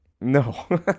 No